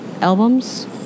albums